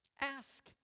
ask